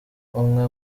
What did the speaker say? umwe